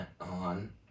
on